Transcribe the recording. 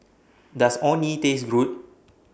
Does Orh Nee Taste Good